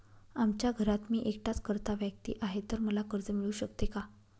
आमच्या घरात मी एकटाच कर्ता व्यक्ती आहे, तर मला कर्ज मिळू शकते का?